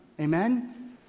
amen